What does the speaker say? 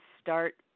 start